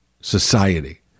society